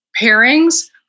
pairings